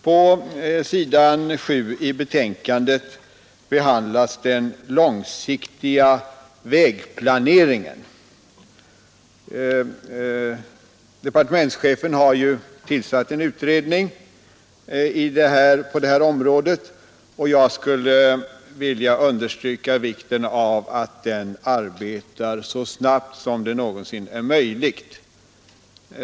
På s. 7 i betänkandet behandlas den långsiktiga vägplaneringen. Departementschefen har ju tillsatt en arbetsgrupp på det här området, och jag skulle vilja understryka vikten av att den arbetar så snabbt som det någonsin är möjligt.